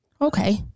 okay